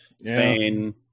Spain